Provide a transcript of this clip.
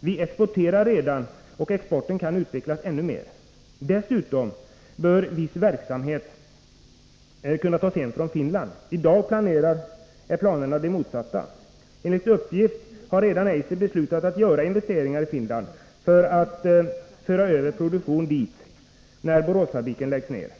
Vi exporterar redan, och exporten kan utvecklas ännu mer. Dessutom bör en viss verksamhet kunna tas hem från Finland. I dag är planerna de motsatta. Enligt uppgift har redan Eiser beslutat att göra 81 investeringar i Finland för att kunna föra över produktion dit när Boråsfabriken läggs ned.